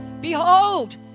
behold